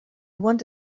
want